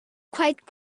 quite